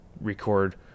record